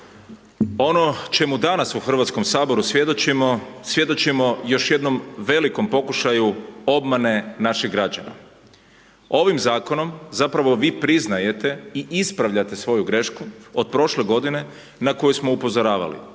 ono čemu danas u Hrvatskom saboru svjedočimo, svjedočimo još jednom velikom pokušaju obmane naših građana. Ovim zakonom zapravo vi priznajete i ispravljate svoju grešku od prošle godine na koju smo upozoravali